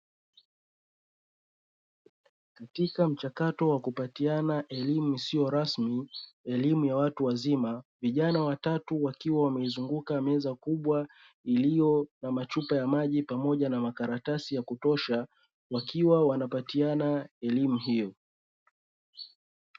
Katika mchakato wakupatiana elimu isiyo rasmi elimu ya watu wazima, vijana watatu wakiwa wamezunguka meza kubwa iliyo na machupa ya maji pamoja na makaratasi ya kutosha. Wakiwa wanapatiana elimu hiyo.